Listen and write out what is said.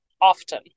often